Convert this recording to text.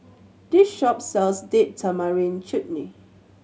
this shop sells Date Tamarind Chutney